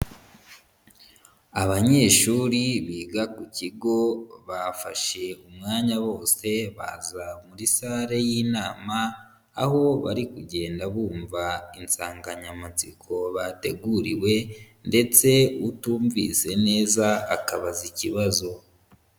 Abanyeshuri biga ku kigo bafashe umwanya wose baza muri salle y'inama, aho bari kugenda bumva insanganyamatsiko bateguriwe ndetse utumvise neza akabaza ikibazo.